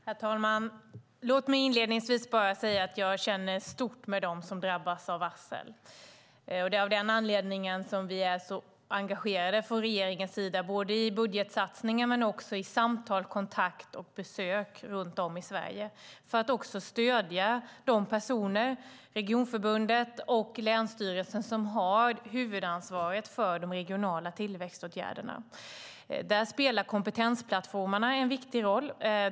Herr talman! Låt mig inledningsvis säga att jag känner stort med dem som drabbas av varsel. Det är av den anledningen vi från regeringens sida är så engagerade, inte bara i budgetsatsningar utan även i samtal, kontakt och besök runt om i Sverige för att stödja de personer - regionförbundet och länsstyrelsen - som har huvudansvaret för de regionala tillväxtåtgärderna. Där spelar kompetensplattformarna en viktig roll.